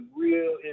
real